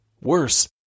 Worse